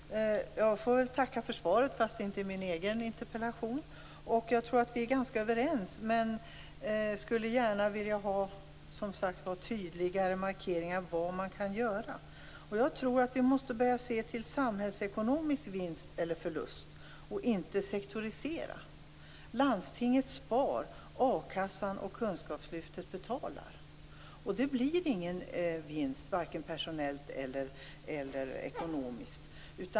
Fru talman! Jag får tacka för svaret, fast det inte är min egen interpellation. Vi är ganska överens, men jag skulle vilja ha tydligare markeringar på vad som går att göra. Vi måste börja se till den samhällsekonomiska vinsten eller förlusten och inte sektorisera. Landstinget spar. A-kassan och kunskapslyftet betalar. Det blir ingen vinst vare sig personellt eller ekonomiskt.